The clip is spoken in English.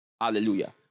Hallelujah